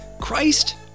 Christ